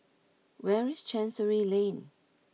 where is Chancery Lane